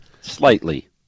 Slightly